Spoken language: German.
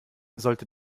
sollte